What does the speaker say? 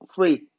Free